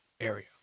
area